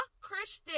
Christian